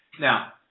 now